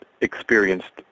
experienced